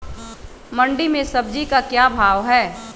मंडी में सब्जी का क्या भाव हैँ?